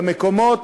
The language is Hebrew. במקומות,